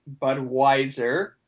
Budweiser